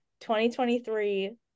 2023